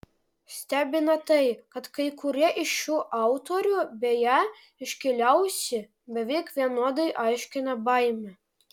stebina tai kad kai kurie iš šių autorių beje iškiliausi beveik vienodai aiškina baimę